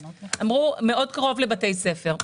אמרו: קרוב מאוד לבתי ספר.